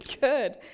good